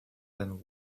then